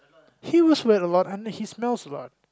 he must sweat a lot I mean he smells a lot